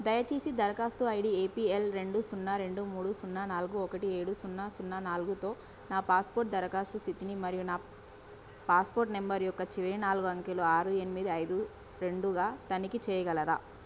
దయచేసి దరఖాస్తు ID APL రెండు సున్నా రెండు మూడు సున్నా నాలుగు ఒకటి ఏడు సున్నా సున్నా నాలుగుతో నా పాస్పోర్ట్ దరఖాస్తు స్థితిని మరియు నా పాస్పోర్ట్ నంబర్ యొక్క చివరి నాలుగు అంకెలు ఆరు ఎనిమిది ఐదు రెండుగా తనిఖీ చేయగలరా